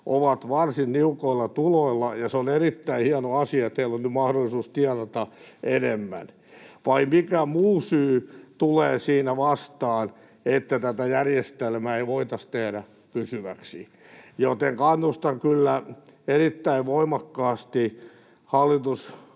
ovat varsin niukoilla tuloilla, ja on erittäin hieno asia, että heillä on nyt mahdollisuus tienata enemmän. Vai mikä muu syy tulee siinä vastaan, että tätä järjestelmää ei voitaisi tehdä pysyväksi? Joten kannustan kyllä erittäin voimakkaasti hallituspuolueita